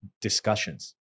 discussions